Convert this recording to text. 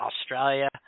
Australia